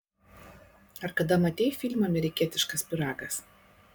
ar kada matei filmą amerikietiškas pyragas